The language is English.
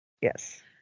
Yes